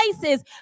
places